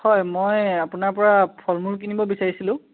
হয় মই আপোনাৰ পৰা ফল মূল কিনিব বিচাৰিছিলোঁ